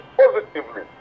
positively